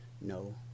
no